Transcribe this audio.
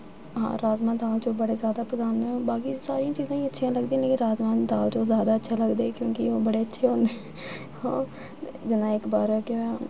हां राजमांह् दाल चौल बड़े जैदा पसंद न बाकी सारियां चीजां ई अच्छियां लगदियां न लेकिन राजमांह् दाल चौल जैदा अच्छे लगदे क्योंकि ओह् बड़े अच्छे होंदे और जि'यां इक बार केह् होआ